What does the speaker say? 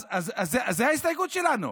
אז זו ההסתייגות שלנו.